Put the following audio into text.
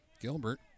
Gilbert